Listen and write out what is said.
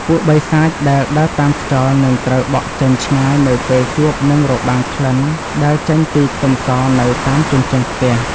ពួកបិសាចដែលដើរតាមខ្យល់នឹងត្រូវបក់ចេញឆ្ងាយនៅពេលជួបនឹងរបាំងក្លិនដែលចេញពីខ្ទឹមសនៅតាមជញ្ជាំងផ្ទះ។